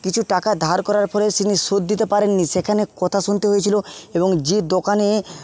কিছু টাকা ধার করার ফলে সুদ দিতে পারেন নি সেখানে কথা শুনতে হয়েছিল এবং যে দোকানে